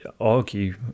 argue